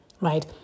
right